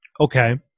Okay